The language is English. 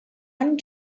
one